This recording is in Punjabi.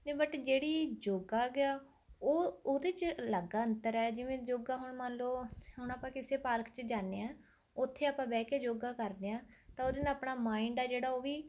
ਅਤੇ ਬੱਟ ਜਿਹੜਾ ਯੋਗਾ ਗਾ ਉਹ ਉਹਦੇ 'ਚ ਅਲੱਗ ਅੰਤਰ ਹੈ ਜਿਵੇਂ ਯੋਗਾ ਹੁਣ ਮੰਨ ਲਉ ਹੁਣ ਆਪਾਂ ਕਿਸੇ ਪਾਰਕ 'ਚ ਜਾਨੇ ਹਾਂ ਉੱਥੇ ਆਪਾਂ ਬਹਿ ਕੇ ਯੋਗਾ ਕਰਦੇ ਹਾਂ ਤਾਂ ਉਹਦੇ ਨਾਲ ਆਪਣਾ ਮਾਈਂਡ ਹੈ ਜਿਹੜਾ ਉਹ ਵੀ